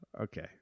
Okay